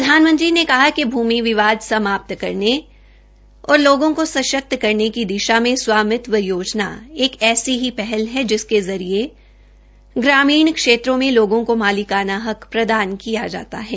प्रधानमंत्री ने कहा कि भ्रमिक विवाद समाज करने और लोगों को सशक्त करने की दिशा में स्वामित्व योजना एक ऐसी ही पहल है जिसके जरिये ग्रामीण क्षेत्रों में लोगों का मालिकाना हक प्रदान किया जाता है